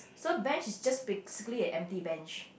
so bench is just basically a empty bench